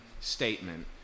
statement